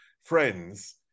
friends